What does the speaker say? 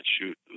shoot